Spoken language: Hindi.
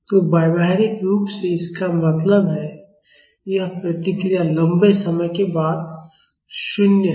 तो व्यावहारिक रूप से इसका मतलब है यह प्रतिक्रिया लंबे समय के बाद 0 है